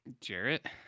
Jarrett